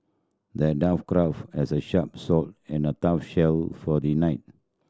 the dwarf crafted as a sharp sword and a tough shield for the knight